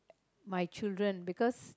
my children because